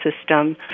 system